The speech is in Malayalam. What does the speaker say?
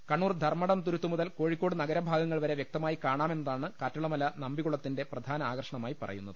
കണ്ണൂർ ധർമ്മടം തുരുത്തു മുതൽ കോഴിക്കോട് നഗരഭാഗങ്ങൾ വരെ വൃക്തമായി കാണാമെന്നതാണ് കാറ്റുളളമല നമ്പി കുളത്തിന്റെ പ്രപ്രധാന ആകർഷണമായി പറയുന്നത്